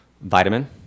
vitamin